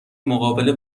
مقابله